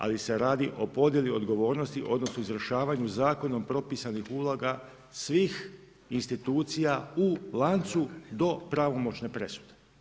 Ali se radi o podjeli odgovornosti, odnosno, izvršavanju zakonom propisanih uloga svih institucija u lancu do pravomoćne presude.